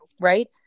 right